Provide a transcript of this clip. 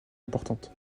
importante